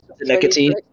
nicotine